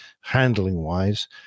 handling-wise